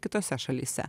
kitose šalyse